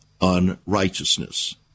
unrighteousness